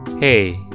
Hey